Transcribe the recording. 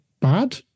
bad